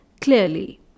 clearly